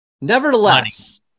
nevertheless